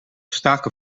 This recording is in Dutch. staken